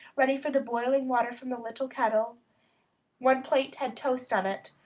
ready for the boiling water from the little kettle one plate had toast on it,